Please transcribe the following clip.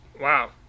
wow